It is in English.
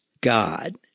God